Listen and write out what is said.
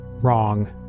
wrong